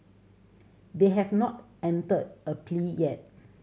they have not entered a plea yet